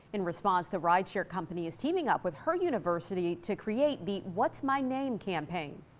in response the rideshare company is teaming up with her university to create the what's my name campaign.